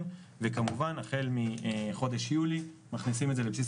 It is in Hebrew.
וכמובן החל מחודש יולי מכניסים את זה לבסיס